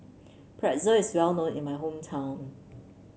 pretzel is well known in my hometown